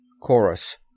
Chorus